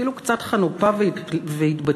אפילו קצת חנופה והתבטלות,